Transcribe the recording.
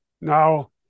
now